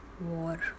war